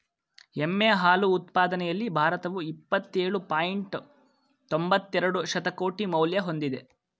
ಎಮ್ಮೆ ಹಾಲು ಉತ್ಪಾದನೆಯಲ್ಲಿ ಭಾರತವು ಇಪ್ಪತ್ತೇಳು ಪಾಯಿಂಟ್ ತೊಂಬತ್ತೆರೆಡು ಶತಕೋಟಿ ಮೌಲ್ಯ ಹೊಂದಿದೆ